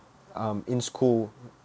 um in school